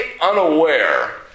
unaware